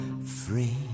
free